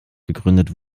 gegründet